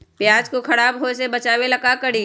प्याज को खराब होय से बचाव ला का करी?